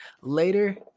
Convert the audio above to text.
Later